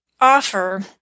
offer